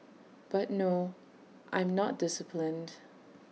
but no I'm not disciplined